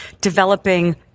developing